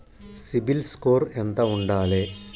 CIBIL score ఎంత ఉండాలే?